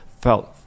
felt